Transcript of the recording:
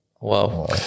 wow